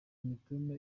imitoma